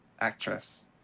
Actress